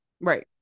Right